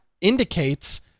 indicates